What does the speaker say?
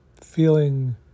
feeling